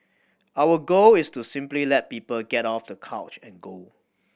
our goal is to simply let people get off the couch and go